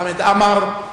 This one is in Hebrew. לחבר הכנסת עמאר,